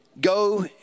go